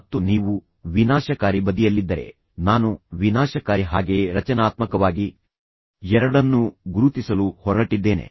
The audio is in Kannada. ಮತ್ತು ನೀವು ವಿನಾಶಕಾರಿ ಬದಿಯಲ್ಲಿದ್ದರೆ ನಾನು ವಿನಾಶಕಾರಿ ಹಾಗೆಯೇ ರಚನಾತ್ಮಕವಾಗಿ ಎರಡನ್ನೂ ಗುರುತಿಸಲು ಹೊರಟಿದ್ದೇನೆ